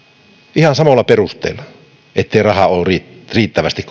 ihan samoilla perusteilla ettei rahaa ole riittävästi